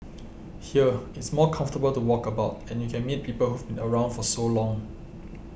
here it's more comfortable to walk about and you can meet people who've been around for so long